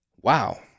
Wow